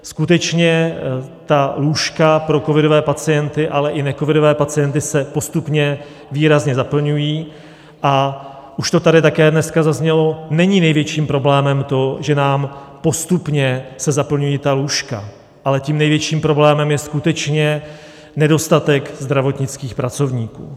Skutečně ta lůžka pro covidové pacienty, ale i necovidové pacienty se postupně výrazně zaplňují, a už to tady také dneska zaznělo, není největším problémem to, že se nám postupně zaplňují ta lůžka, ale tím největším problémem je skutečně nedostatek zdravotnických pracovníků.